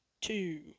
two